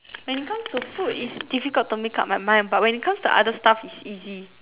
when it comes to food it's difficult to make up my mind but when it comes to other stuff is easy